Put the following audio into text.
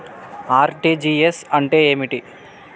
RTGS అంటే ఏమిటి?